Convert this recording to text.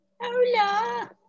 Hola